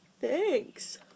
Thanks